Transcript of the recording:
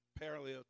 Parallel